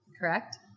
correct